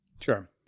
Sure